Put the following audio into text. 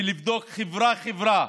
ולבדוק חברה-חברה